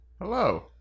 Hello